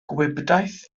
gwibdaith